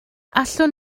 allwn